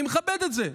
אני מכבד את זה.